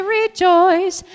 rejoice